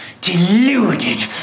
deluded